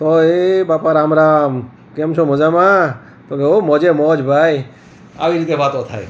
તો એ બાપા રામ રામ કેમ છો મજામાં તો કે ઓ મોજે મોજ ભાઈ આવી રીતે વાતો થાય